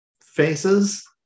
faces